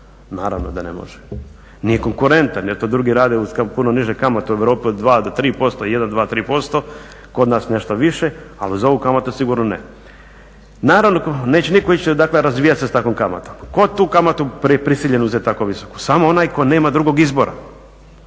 Naravno da ne može. Nije konkurentan jer to drugi rade uz puno niže kamate u Europi od 2 do 3%, 1, 2, 3%, kod nas nešto više, ali uz ovu kamatu sigurno ne. Naravno neće nitko ići dakle razvijati se sa takvom kamatom. Tko tu kamatu prisiljenu je uzeti tako visoku? Samo onaj tko nema drugog izbora,